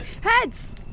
Heads